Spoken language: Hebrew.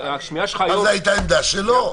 אז זו הייתה עמדה שלו.